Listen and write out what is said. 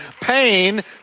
Pain